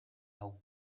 hau